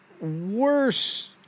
worse